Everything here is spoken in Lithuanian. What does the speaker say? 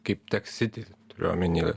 kaip teksity turiu omeny